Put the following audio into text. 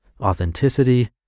authenticity